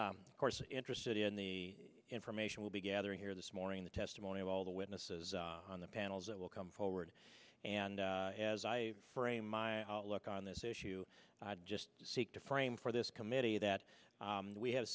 m course interested in the information will be gathering here this morning the testimony of all the witnesses on the panels that will come forward and as i frame my outlook on this issue i'd just seek to frame for this committee that we have